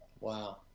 Wow